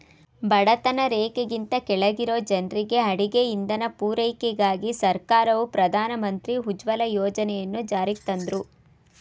ಬಡತನ ರೇಖೆಗಿಂತ ಕೆಳಗಿರೊ ಜನ್ರಿಗೆ ಅಡುಗೆ ಇಂಧನ ಪೂರೈಕೆಗಾಗಿ ಸರ್ಕಾರವು ಪ್ರಧಾನ ಮಂತ್ರಿ ಉಜ್ವಲ ಯೋಜನೆಯನ್ನು ಜಾರಿಗ್ತಂದ್ರು